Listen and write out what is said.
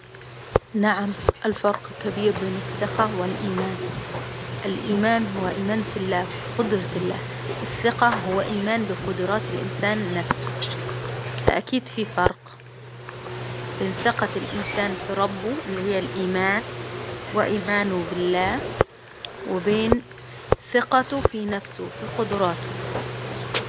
نعم الفرق كبير بين الثقة و الإيمان، الإيمان هو إيمان في الله وفي قدرة الله، الثقة هو إيمان بقدرات الإنسان نفسه، فأكيد فيه فرق، بين ثقة الإنسان في ربه اللي هي الإيمان وإيمانه بالله، وبين ثقته في نفسه في قدراته.